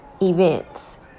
events